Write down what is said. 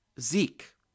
Zeke